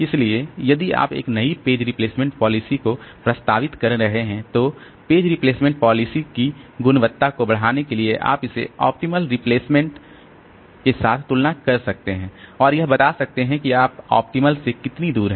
इसलिए यदि आप एक नई पेज रिप्लेसमेंट पॉलिसी को प्रस्तावित कर रहे हैं तो पेज रिप्लेसमेंट पॉलिसी की गुणवत्ता को बढ़ाने के लिए आप इस ऑप्टिमल रिप्लेसमेंट के साथ तुलना कर सकते हैं और यह बता सकते हैं कि आप ऑप्टिमल से कितनी दूर हैं